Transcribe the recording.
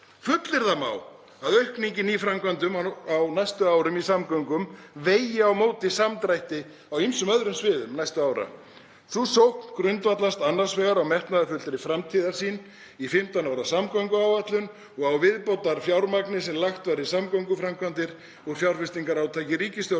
Fullyrða má að aukningin í nýframkvæmdum á næstu árum í samgöngum vegi á móti samdrætti næstu ára á ýmsum öðrum sviðum. Sú sókn grundvallast annars vegar á metnaðarfullri framtíðarsýn í 15 ára samgönguáætlun og á viðbótarfjármagni sem lagt var í samgönguframkvæmdir og fjárfestingarátak ríkisstjórnarinnar.